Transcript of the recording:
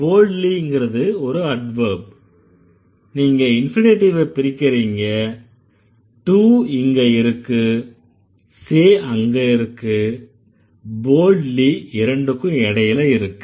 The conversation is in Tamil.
boldlyங்கறது ஒரு அட்வெர்ப் நீங்க இன்ஃபினிட்டிவ பிரிக்கறீங்க to இங்க இருக்கு say அங்க இருக்கு boldly இரண்டுக்கும் இடையில இருக்கு